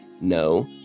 No